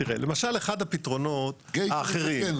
למשל אחד הפתרונות האחרים,